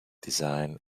design